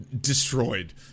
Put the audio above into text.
destroyed